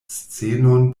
scenon